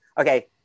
Okay